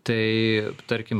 tai tarkim